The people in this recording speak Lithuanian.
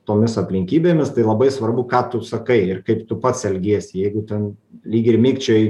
tomis aplinkybėmis tai labai svarbu ką tu sakai ir kaip tu pats elgiesi jeigu ten lyg ir mikčioji